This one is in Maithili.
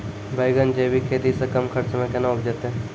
बैंगन जैविक खेती से कम खर्च मे कैना उपजते?